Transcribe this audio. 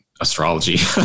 astrology